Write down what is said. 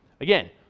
Again